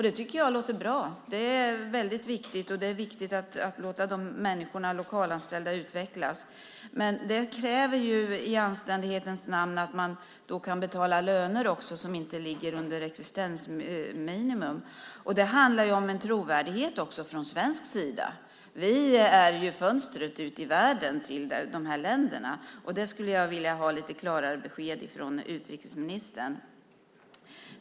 Det tycker jag låter bra. Det är väldigt viktigt, och det är viktigt att låta de lokalanställda utvecklas. Det kräver i anständighetens namn att man också kan betala löner som inte ligger under existensminimum. Det handlar också om en trovärdighet från svensk sida. Vi är fönstret ut till världen till de här länderna. Där skulle jag vilja ha lite klarare besked från utrikesministern.